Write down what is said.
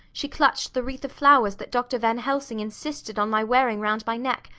she clutched the wreath of flowers that dr. van helsing insisted on my wearing round my neck,